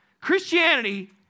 Christianity